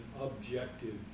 objective